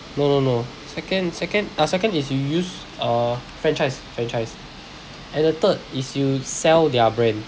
no no no second second uh second is you use uh franchise franchise and the third is you sell their brand